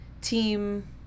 team